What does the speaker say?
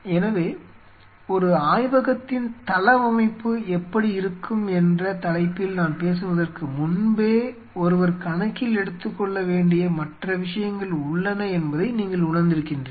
எனவே ஒரு ஆய்வகத்தின் தளவமைப்பு எப்படி இருக்கும் என்ற தலைப்பில் நான் பேசுவதற்கு முன்பே ஒருவர் கணக்கில் எடுத்துக்கொள்ள வேண்டிய மற்ற விஷயங்கள் உள்ளன என்பதை நீங்கள் உணர்ந்திருக்கிறீர்கள்